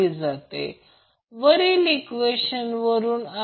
तर येथे Ia आला Ia येथे आला आणि येथे भरले तर मग्निट्यूड समान आहे